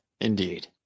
indeed